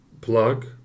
plug